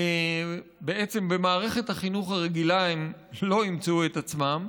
בעצם במערכת החינוך הרגילה הם לא ימצאו את עצמם,